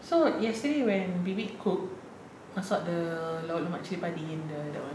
so yesterday when bibik cook masak the lauk lemak cili padi and the that one